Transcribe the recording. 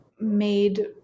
made